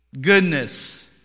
Goodness